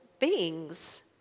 beings